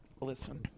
Listen